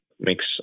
makes